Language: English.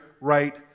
right